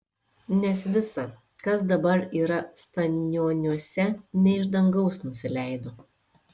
nes visa kas dabar yra stanioniuose ne iš dangaus nusileido